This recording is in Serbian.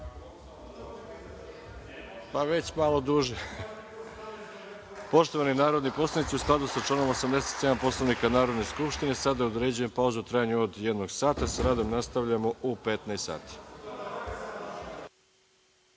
dva minuta. Poštovani narodni poslanici, u skladu sa članom 87. Poslovnika Narodne skupštine, sada određujem pauzu u trajanju od jednog sata. Sa radom nastavljamo u 15,00